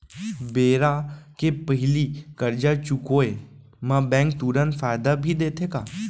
बेरा के पहिली करजा चुकोय म बैंक तुरंत फायदा भी देथे का?